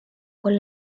con